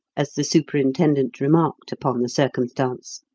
as the superintendent remarked upon the circumstance.